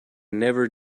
never